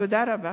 תודה רבה.